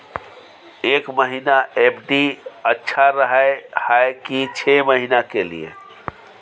एक महीना एफ.डी अच्छा रहय हय की छः महीना के लिए?